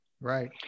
Right